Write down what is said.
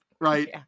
right